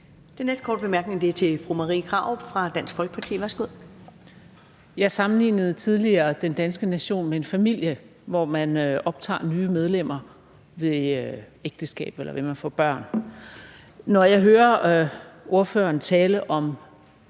Den næste korte bemærkning er fra fru Marie Krarup, Dansk Folkeparti. Værsgo. Kl. 14:16 Marie Krarup (DF): Jeg sammenlignede tidligere den danske nation med en familie, hvor man optager nye medlemmer ved ægteskab, eller ved at man får børn. Når jeg hører ordføreren tale om